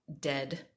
dead